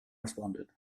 responded